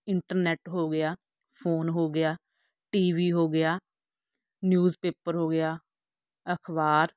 internet ਹੋ ਗਿਆ phone ਹੋ ਗਿਆ ਟੀ ਵੀ ਹੋ ਗਿਆ ਨਿਊਜ਼ ਪੇਪਰ ਹੋ ਗਿਆ ਅਖ਼ਬਾਰ